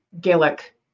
Gaelic